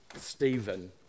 Stephen